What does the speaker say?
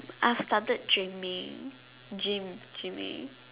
I started gymming gym~ gymming